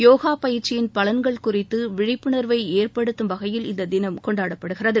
யோகா பயிற்சியின் பலன்கள் குறித்து விழிப்புணர்வை ஏற்படுத்தும் வகையில் இந்த திளம் கொண்டாடப்படுகிறது